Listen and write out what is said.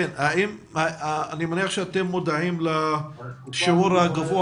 אני מניח שאתם מודעים לשיעור הגבוה